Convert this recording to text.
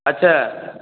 अच्छा